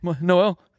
Noel